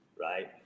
right